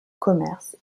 commerce